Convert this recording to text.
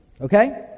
Okay